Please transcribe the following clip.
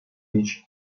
beach